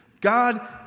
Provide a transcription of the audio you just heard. God